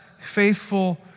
faithful